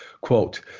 quote